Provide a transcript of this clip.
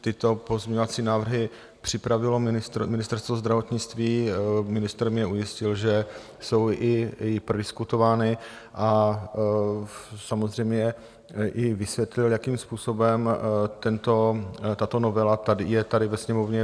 Tyto pozměňovací návrhy připravilo Ministerstvo zdravotnictví, ministr mě ujistil, že jsou i prodiskutovány, a samozřejmě i vysvětlil, jakým způsobem tato novela je tady ve Sněmovně.